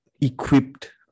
equipped